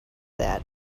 that